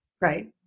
Right